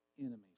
enemies